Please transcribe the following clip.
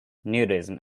nudism